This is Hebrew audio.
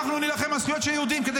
אנחנו נילחם על זכויות של יהודים כדי